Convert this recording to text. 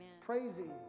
Praising